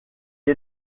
est